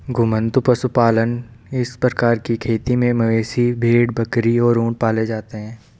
घुमंतू पशुपालन इस प्रकार की खेती में मवेशी, भेड़, बकरी और ऊंट पाले जाते है